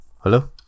Hello